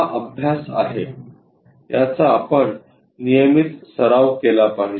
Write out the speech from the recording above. हा अभ्यास आहे याचा आपण नियमित सराव केला पाहिजे